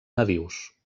nadius